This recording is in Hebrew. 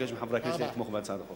ומבקש מחברי הכנסת לתמוך בהצעת החוק.